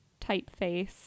typeface